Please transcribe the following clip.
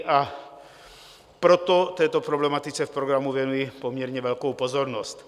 A proto této problematice v programu věnuji poměrně velkou pozornost.